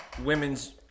women's